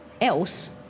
else